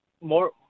more